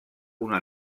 una